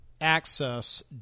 access